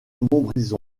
montbrison